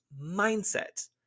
mindset